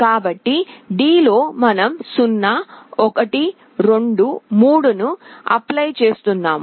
కాబట్టి D లో మనం 0 1 2 3 ను అప్లై చేస్తున్నాము